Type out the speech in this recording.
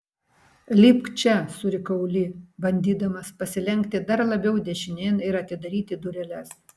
lipk čia surikau li bandydamas pasilenkti dar labiau dešinėn ir atidaryti dureles